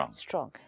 strong